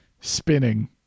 spinning